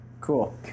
Cool